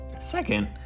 Second